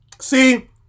See